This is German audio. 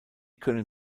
können